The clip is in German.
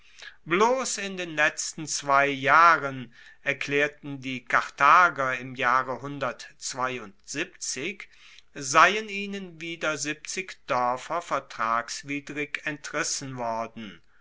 bloss in den letzten zwei jahren erklaerten die karthager im jahre seien ihnen wieder siebzig doerfer vertragswidrig entrissen worden